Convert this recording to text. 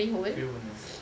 freehold no